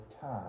time